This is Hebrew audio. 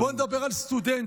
בואו נדבר על סטודנטים.